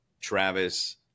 Travis